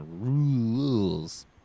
rules